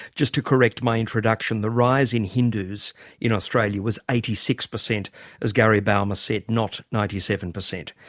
just to correct my introduction, the rise in hindus in australia was eighty six percent as gary bouma said, not ninety seven percent.